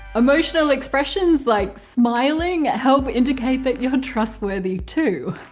emotional expressions like smiling help indicate that you're trustworthy too.